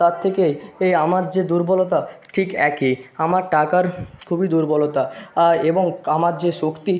তার থেকেই এ আমার যে দুর্বলতা ঠিক একই আমার টাকার খুবই দুর্বলতা এবং আমার যে শক্তি